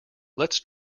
let’s